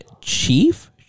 Chief